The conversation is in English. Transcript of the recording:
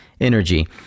energy